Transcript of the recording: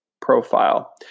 profile